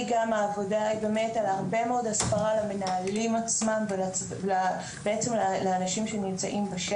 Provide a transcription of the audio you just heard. היא כבר מתקיימת בהסתכלות של שנה וחצי קדימה.